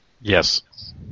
Yes